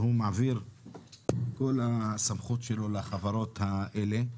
הוא מעביר את כל הסמכות האלה לחברות האלה,